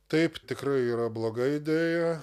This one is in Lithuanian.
taip tikrai yra bloga idėja